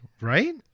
Right